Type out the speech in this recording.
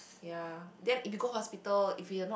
ya that if we go hospital if we're not